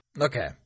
okay